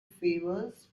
favors